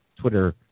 Twitter